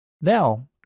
now